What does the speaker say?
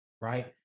right